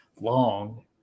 long